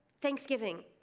thanksgiving